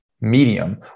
medium